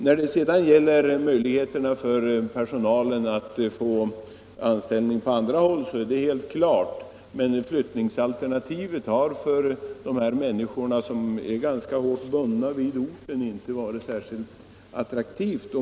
Det är helt klart att personalen skall ha möjlighet att få anställning på andra håll, men flyttningsalternativet är för dessa människor, som känner sig ganska nära bundna vid orten, inte särskilt attraktivt.